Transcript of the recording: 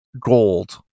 gold